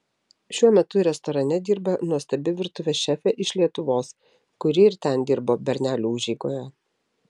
šiuo metu restorane dirba nuostabi virtuvės šefė iš lietuvos kuri ir ten dirbo bernelių užeigoje